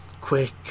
quick